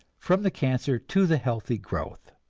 from the cancer to the healthy growth.